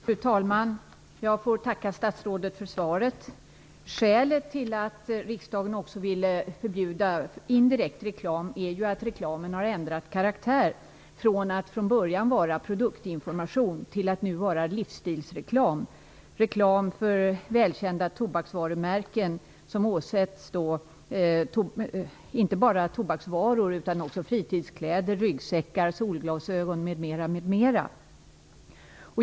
Fru talman! Jag tackar statsrådet för svaret. Skälet till att riksdagen också ville förbjuda indirekt reklam är att reklamen har ändrat karaktär, från att från början vara produktinformation till att nu vara livsstilsreklam. Reklam för välkända tobaksvarumärken åsätts ju inte bara tobaksvaror utan också fritidskläder, ryggsäckar, solglasögon m.m.